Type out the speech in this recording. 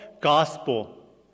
gospel